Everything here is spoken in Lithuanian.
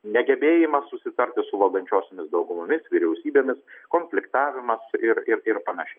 negebėjimas susitarti su valdančiosiomis daugumomis vyriausybėmis konfliktavimas ir ir ir panašiai